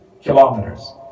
kilometers